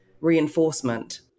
reinforcement